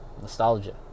nostalgia